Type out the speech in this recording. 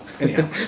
Anyhow